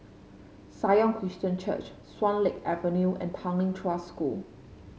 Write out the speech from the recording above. Sion Christian Church Swan Lake Avenue and Tanglin Trust School